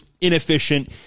inefficient